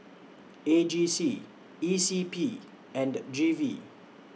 A G C E C P and G V